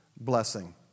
blessing